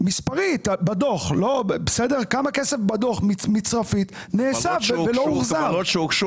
מספרית בדוח, כמה כסף בדוח מצרפית נאסף ולא הוחזר.